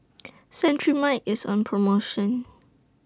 Cetrimide IS on promotion